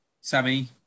Sammy